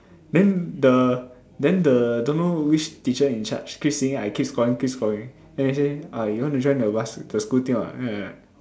then the then the don't know which teacher in charge keep seeing I keep scoring keep scoring then he say uh you want to join the bask~ the school team or not then I like